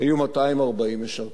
היו 240 משרתים,